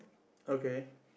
okay